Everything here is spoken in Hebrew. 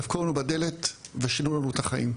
דפקו לנו בדלת ושינו לנו את החיים.